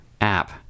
app